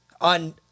on